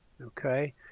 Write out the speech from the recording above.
okay